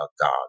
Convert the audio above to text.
God